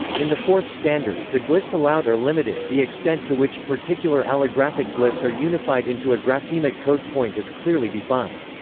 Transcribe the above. in the fourth standard, the glyphs allowed are limited the extent to which particular allographic glyphs are unified into a graphemic code point is clearly defined.